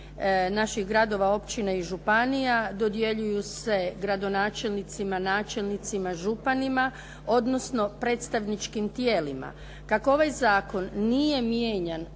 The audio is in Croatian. naših gradova, općina i županija dodjeljuju se gradonačelnicima, načelnicima, županima, odnosno predstavničkim tijelima. Kako ovaj zakon nije mijenjan